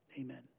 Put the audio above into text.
Amen